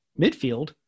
midfield